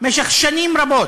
במשך שנים רבות.